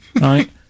Right